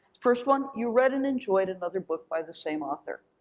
first one, you read and enjoyed another book by the same author,